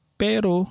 pero